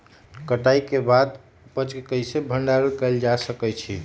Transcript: कटाई के बाद उपज के कईसे भंडारण कएल जा सकई छी?